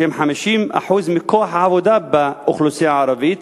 שהן 50% מכוח העבודה באוכלוסייה הערבית,